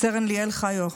סרן ליאל חיו,